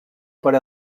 per